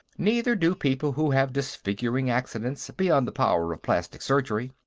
neither do people who have disfiguring accidents beyond the power of plastic surgery.